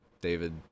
David